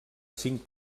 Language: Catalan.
cinc